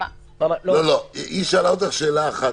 היא שאלה אותך שאלה אחת.